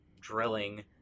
drilling